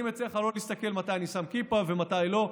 אני מציע לך לא להסתכל מתי אני שם כיפה ומתי לא.